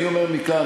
אני אומר מכאן,